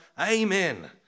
Amen